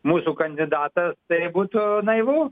mūsų kandidatas tai būtų naivu